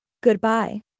goodbye